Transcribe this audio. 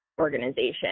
organization